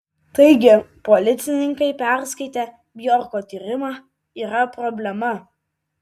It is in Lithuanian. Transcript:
taigi policininkai perskaitę bjorko tyrimą yra problema